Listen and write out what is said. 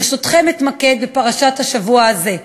ברשותכם, אתמקד בפרשת השבוע הזה,